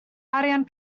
arian